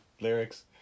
lyrics